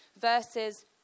versus